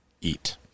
eat